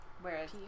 Whereas